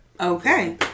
Okay